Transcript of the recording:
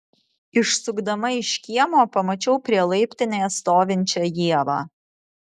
išsukdama iš kiemo pamačiau prie laiptinės stovinčią ievą